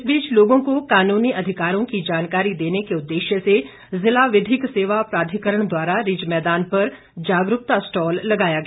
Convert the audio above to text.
इस बीच लोगों को कानूनी अधिकारों की जानकारी देने के उद्देश्य से जिला विधिक सेवा प्राधिकरण द्वारा रिज मैदान पर जागरूकता स्टॉल लगाया गया